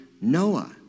Noah